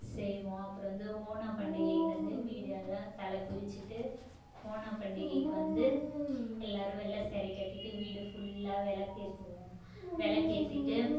செய்வோம் அப்புறம் வந்து ஓணம் பண்டிகை வந்து வீடு எல்லாம் தலை குளிச்சிட்டு ஓணம் பண்டிகைக்கு வந்து எல்லாரும் வெள்ளை சேரி கட்டிகிட்டு வீடு ஃபுல்லாக வெளக்கு ஏற்றுவோம் விளக்கு ஏற்றிட்டு